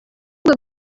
gusa